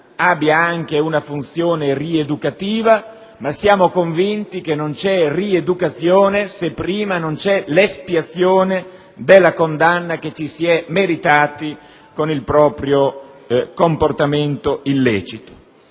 abbia anche una funzione rieducativa, ma siamo anche convinti che non c'è rieducazione se prima non c'è l'espiazione della condanna che ci si è meritati con il proprio comportamento illecito.